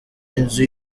inzu